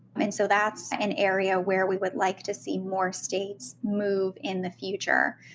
and so that's an area where we would like to see more states move in the future.